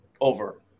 Over